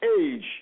age